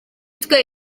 twe